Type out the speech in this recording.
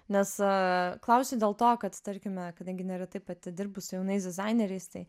nes klausiu dėl to kad tarkime kadangi neretai pati dirbu su jaunais dizaineriais tai